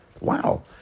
Wow